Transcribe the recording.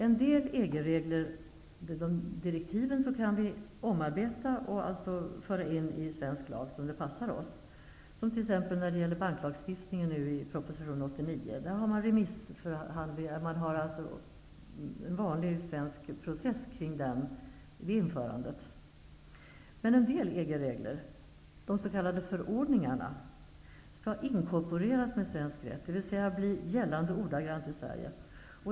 En del EG-regler, direktiven, kan vi omarbeta och införa i svensk lag som det passar oss. Det gäller t.ex. banklagstiftningen i proposition nr 89. Man har en vanlig svensk process kring det införandet. Andra EG-regler däremot, de s.k. förordningarna, skall inkorporeras med svensk rätt, dvs. bli gällande ordagrant i Sverige.